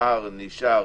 המקדם נשאר